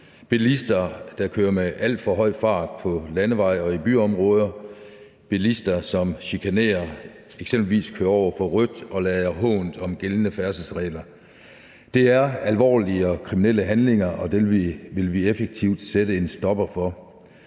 bilister, der kører med al for høj fart på landeveje og i byområder, og bilister, som chikanerer og eksempelvis kører over for rødt og lader hånt om gældende færdselsregler. Det er alvorlige og kriminelle handlinger, og det vil vi effektivt sætte en stopper for.